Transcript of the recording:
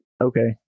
okay